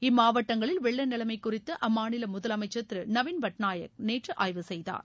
இம்மாவட்டங்களில் வெள்ள நிலைமை குறித்து அம்மாநில முதலமைச்சர் திரு நவீன் பட்நாயக் நேற்று ஆய்வு செய்தார்